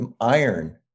iron